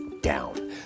down